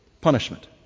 punishment